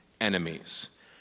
enemies